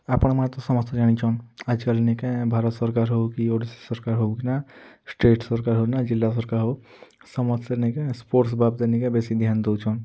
ଆପଣ୍ମାନେ ତ ସମସ୍ତେ ଜାଣିଛନ୍ ଆଜିକାଲି ନିକେ ଭାରତ୍ ସର୍କାର୍ ହୋଉ କି ଓଡିଶା ସର୍କାର୍ ହୋଉକିନା ଷ୍ଟେଟ୍ ସର୍କାର୍ ହୋଉ ନା ଜିଲ୍ଲା ସର୍କାର୍ ହୋଉ ସମସ୍ତେ ନିକେଁ ସ୍ପୋଷ୍ଟସ୍ ବାବ୍ଦେ ନିକେ ବେଶୀ ଧ୍ୟାନ୍ ଦଉଛନ୍